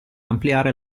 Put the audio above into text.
ampliare